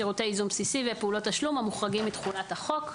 שירותי ייזום בסיסי ופעולות תשלום המוחרגים מתחולת החוק.